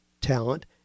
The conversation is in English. talent